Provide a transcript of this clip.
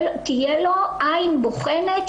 תהיה לו עין בוחנת,